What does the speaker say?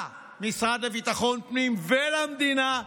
למשרד לביטחון פנים ולמדינה,